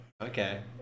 okay